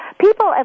People